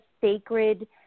sacred